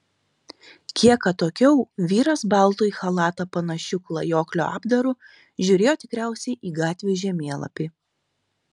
kiek atokiau vyras baltu į chalatą panašiu klajoklio apdaru žiūrėjo tikriausiai į gatvių žemėlapį